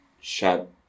shut